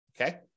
okay